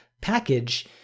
package